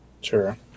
Sure